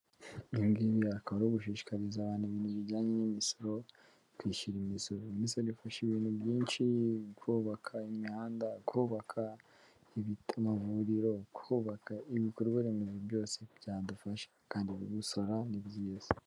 Ibingibi akaba ari ugushishikariza abantu mu bijyanye n'imisoro; kwishyura imisoro ni isao ifasha ibintu byinshi kubaka imihanda, kubaka amavuriro, kubaka ibikorwaremezo byose byadufasha kandi gusora ni byiza.